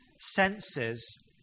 Senses